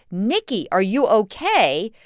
nicky, are you ok?